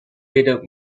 weder